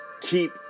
keep